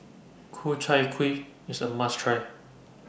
Ku Chai Kuih IS A must Try